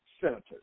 senators